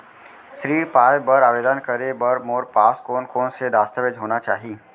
ऋण पाय बर आवेदन करे बर मोर पास कोन कोन से दस्तावेज होना चाही?